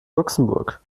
luxemburg